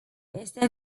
este